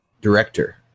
director